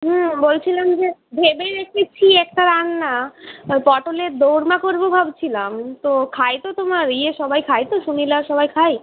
হুম বলছিলাম যে ভেবে রেখেছি একটা রান্না পটলের দোর্মা করব ভাবছিলাম তো খায় তো তোমার ইয়ে সবাই খায় তো সুনীল আর সবাই খায়